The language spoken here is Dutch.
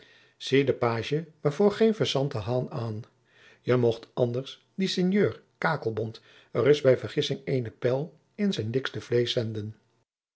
den pagie maar voor geen fesanten hoân an je mocht anders dien sinjeur kakelbont ereis bij vergissing eene pijl in zijn dikste vleesch zenden